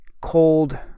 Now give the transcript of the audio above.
cold